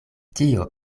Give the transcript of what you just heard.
tio